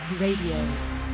Radio